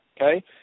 okay